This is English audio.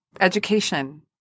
education